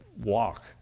walk